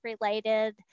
related